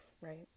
right